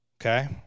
okay